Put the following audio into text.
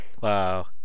Wow